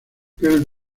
pearl